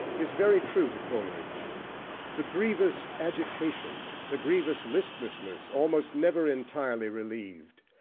is very true to coleridge the grievous agitation, the grievous listlessness, almost never entirely relieved,